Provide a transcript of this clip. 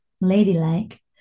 ladylike